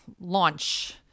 launch